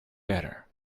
better